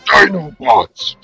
Dinobots